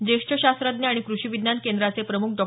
ज्येष्ठ शास्त्रज्ञ आणि कृषी विज्ञान केंद्राचे प्रमुख डॉ